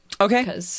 Okay